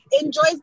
enjoys